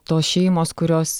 tos šeimos kurios